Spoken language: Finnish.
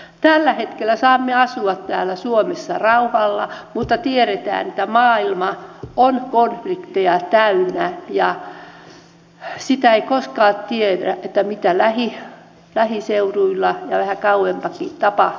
tällä hetkellä saamme asua täällä suomessa rauhassa mutta tiedetään että maailma on konflikteja täynnä ja sitä ei koskaan tiedä mitä lähiseuduilla ja vähän kauempanakin tapahtuu